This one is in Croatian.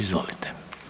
Izvolite.